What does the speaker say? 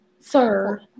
sir